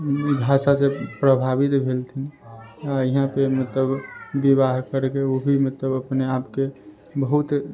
भाषासँ प्रभावित भेलथिन आ यहाँ पर मतलब विवाह करिके ओ भी मतलब अपन आपके बहुत